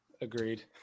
Agreed